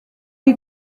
you